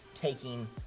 taking